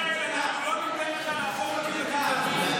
מיכאל, אנחנו לא ניתן לך להפוך אותי לקונסנזוס.